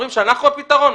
אומרים שאנחנו הפתרון?